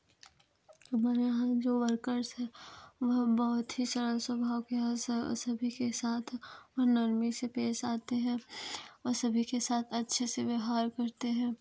हमारे यहाँ जो वर्कर्स हैं वह बहुत ही सरल स्वभाव के हैं सभी के साथ वह नर्मी से पेश आते हैं वह सभी के साथ अच्छे से व्यवहार करते हैं